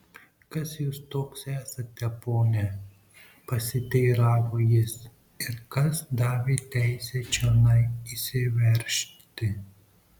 kas jūs toks esate pone pasiteiravo jis ir kas davė teisę čionai įsiveržti